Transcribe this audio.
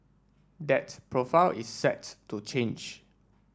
that profile is set to change